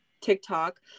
tiktok